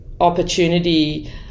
opportunity